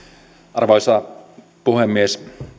arvoisa puhemies